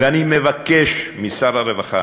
ואני מבקש משר הרווחה,